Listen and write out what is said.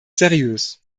seriös